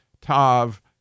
tav